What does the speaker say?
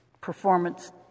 performance